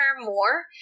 more